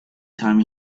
time